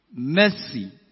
mercy